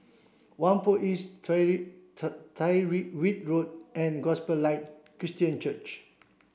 Whampoa East Tyrwhitt Road and Gospel Light Christian Church